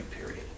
period